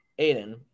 Aiden